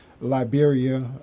Liberia